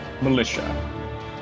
militia